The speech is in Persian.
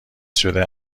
شده